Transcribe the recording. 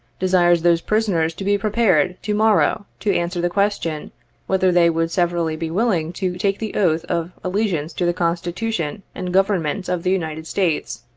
desires those prisoners to be prepared, to-morrow, to answer the question whether they would severally be willing to take the oath of allegiance to the constitution and government of the united states,